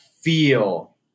feel